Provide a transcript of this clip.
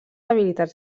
habilitats